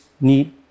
need